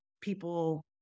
people